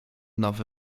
nowy